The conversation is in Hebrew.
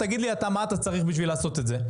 תגיד לי מה אתה צריך בשביל לעשות את זה,